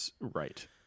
right